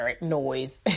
noise